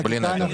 בלי נדר.